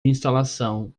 instalação